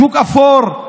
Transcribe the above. שוק אפור.